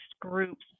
groups